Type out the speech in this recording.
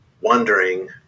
wondering